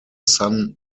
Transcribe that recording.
sun